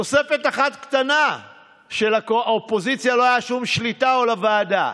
תוספת אחת קטנה שלאופוזיציה או לוועדה לא היה שום שליטה עליה.